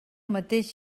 mateix